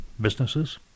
businesses